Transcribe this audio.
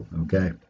Okay